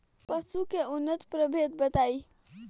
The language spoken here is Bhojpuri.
पशु के उन्नत प्रभेद बताई?